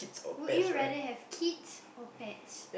would you rather have kids or pets